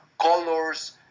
colors